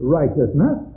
righteousness